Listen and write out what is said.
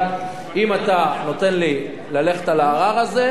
אז בוא נסכם שאני מגיש ערר לממשלה,